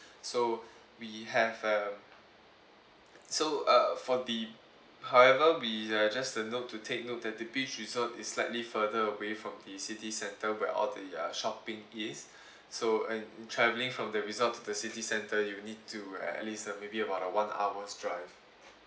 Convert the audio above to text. so we have uh so uh for the however we uh just to note to take note that the beach resort is slightly further away from the city centre where all the uh shopping is so and travelling from the resorts to the city centre you need to uh at least uh maybe about a one hour drive